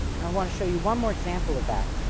i want to show you one more example of that,